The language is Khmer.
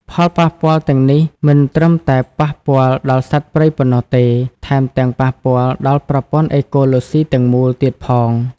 ផលប៉ះពាល់ទាំងនេះមិនត្រឹមតែប៉ះពាល់ដល់សត្វព្រៃប៉ុណ្ណោះទេ ថែមទាំងប៉ះពាល់ដល់ ប្រព័ន្ធអេកូឡូស៊ីទាំងមូល ទៀតផង។